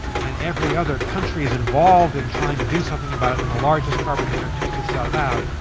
and every other country's involved in trying to do something about it, and the largest carbon emitter takes itself out.